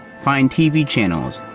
find tv channels,